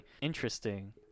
Interesting